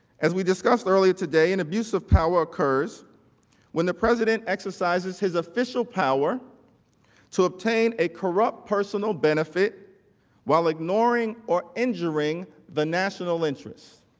we discussed earlier today and abuse of power occurs when the president exercises his official power to obtain a corrupt personal benefit while ignoring or injuring the national interest.